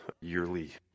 yearly